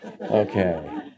Okay